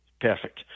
perfect